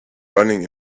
running